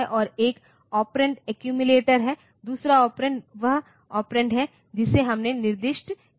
और एक operand accumulator है दूसरा ऑपरेंड वह ऑपरेंड है जिसे हमने निर्दिष्ट किया है